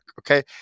Okay